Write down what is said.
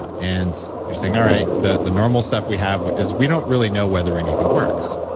and you're saying, all right, the the normal stuff we have is we don't really know whether anything works.